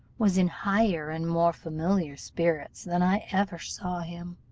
was in higher and more familiar spirits than i ever saw him.